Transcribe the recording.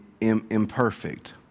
imperfect